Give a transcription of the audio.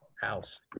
house